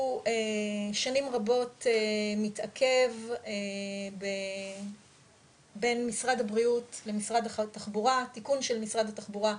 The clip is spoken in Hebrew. שנים רבות מתעכב בין משרד הבריאות למשרד התחבורה תיקון של משרד התחבורה.